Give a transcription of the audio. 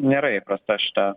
nėra įprasta šita